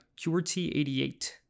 qrt88